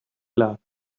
loved